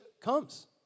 comes